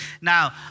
Now